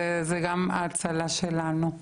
זו גם ההצלה שלנו.